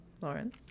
Lauren